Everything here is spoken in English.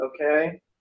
okay